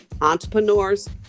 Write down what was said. entrepreneurs